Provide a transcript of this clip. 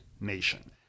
nation